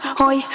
hoy